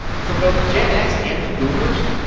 for both gen x and the boomers,